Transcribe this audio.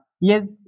yes